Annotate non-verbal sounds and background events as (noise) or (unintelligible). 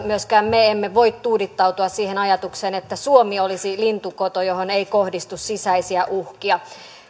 (unintelligible) myöskään me emme voi tuudittautua siihen ajatukseen että suomi olisi lintukoto johon ei kohdistu sisäisiä uhkia